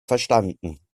verstanden